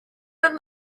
than